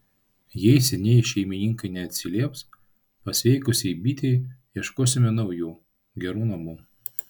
jei senieji šeimininkai neatsilieps pasveikusiai bitei ieškosime naujų gerų namų